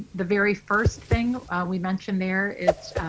the very first thing we mentioned there is